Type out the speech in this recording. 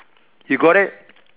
you got it